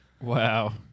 Wow